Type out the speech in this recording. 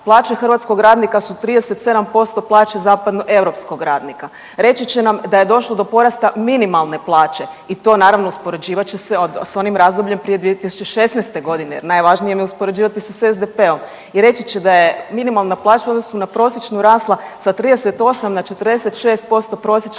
Plaće hrvatskog radnika su 37% plaće zapadnoeuropskog radnika. Reći će nam da je došlo do porasta minimalne plaće i to naravno uspoređivat će se s onim razdobljem prije 2016. godine jer najvažnije im je uspoređivati se s SDP-om. I reći će da je minimalna plaća u odnosu na prosječnu rasla sa 38 na 46% prosječne